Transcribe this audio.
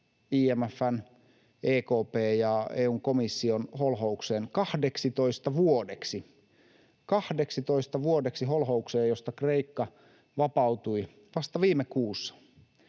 IMF:n, EKP:n ja EU:n komission holhoukseen 12 vuodeksi — 12 vuodeksi holhoukseen, josta Kreikka vapautui vasta viime kuussa.